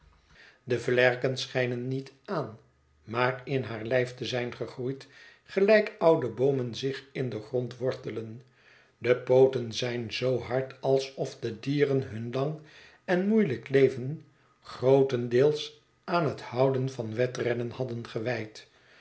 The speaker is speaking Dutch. de vlerken schijnen niet aan maar in haar lijf te zijn gegroeid gelijk oude boomen zich in den grond wortelen de pooten zijn zoo hard alsof de dieren hun lang en moeielijk leven grootendeels aan het houden van wedrennen hadden gewijd